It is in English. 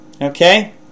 okay